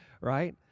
right